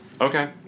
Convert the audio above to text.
Okay